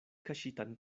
kaŝitan